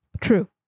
True